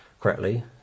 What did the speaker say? correctly